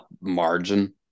margin